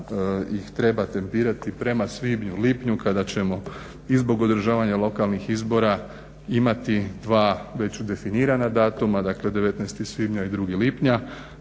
ih treba tempirati prema svibnju, lipnju kada ćemo i zbog održavanja lokalnih izbora imati dva već definirana datuma dakle 19.svibnja i 2.lipnja,